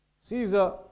Caesar